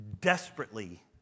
desperately